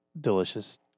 delicious